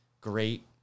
great